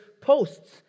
posts